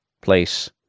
place